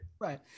Right